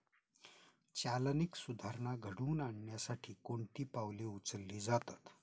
चालनीक सुधारणा घडवून आणण्यासाठी कोणती पावले उचलली जातात?